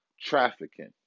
trafficking